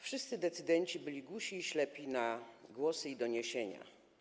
Wszyscy decydenci byli głusi i ślepi na głosy i doniesienia.